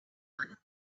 one